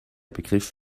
begriff